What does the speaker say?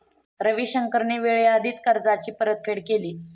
रविशंकरने वेळेआधीच कर्जाची परतफेड केली